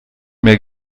mehr